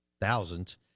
thousands